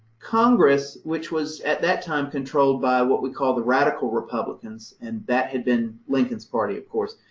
congress, which was at that time controlled by what we call the radical republicans and that had been lincoln's party, of course,